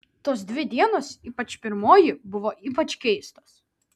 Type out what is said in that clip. tos dvi dienos ypač pirmoji buvo ypač keistos